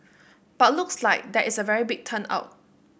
but looks like there is a very big turn out